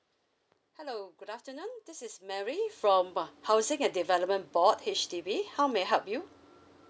hello good afternoon this is mary from uh housing and development board H_D_B how may I help you